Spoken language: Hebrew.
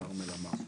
דברים שכרמל אמר.